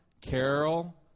carol